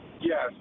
Yes